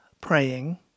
praying